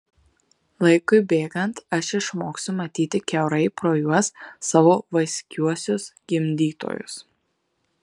laikui bėgant aš išmoksiu matyti kiaurai pro juos savo vaiskiuosius gimdytojus